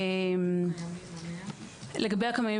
לדעתי,